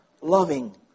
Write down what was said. loving